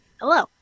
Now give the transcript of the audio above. hello